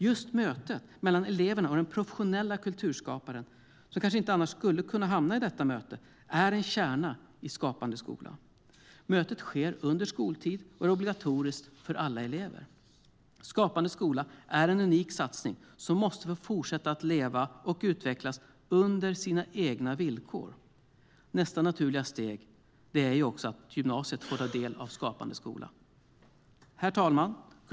Just mötet mellan eleverna och den professionella kulturskaparen, som kanske inte annars skulle hamna i detta möte, är en kärna i Skapande skola. Mötet sker under skoltid och är obligatoriskt för alla elever. Skapande skola är en unik satsning som måste få fortsätta att leva och utvecklas under sina egna villkor. Nästa naturliga steg är att också gymnasiet får ta del av Skapande skola. Herr talman!